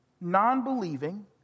non-believing